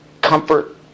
Comfort